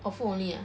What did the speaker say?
orh food only ah